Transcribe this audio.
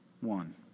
one